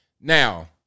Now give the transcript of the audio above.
Now